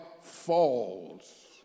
falls